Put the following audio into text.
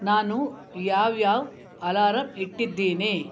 ನಾನು ಯಾವ್ಯಾವ ಅಲಾರಾಮ್ ಇಟ್ಟಿದ್ದೀನಿ